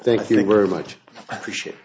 thank you very much i appreciate